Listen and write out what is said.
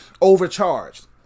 overcharged